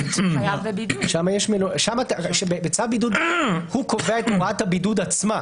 בצו בידוד הוא קובע את הוראת הבידוד עצמה.